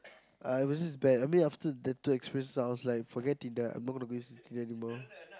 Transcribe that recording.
I was just bad I mean after that bad experience I was just like forget it I am not going to waste this thing anymore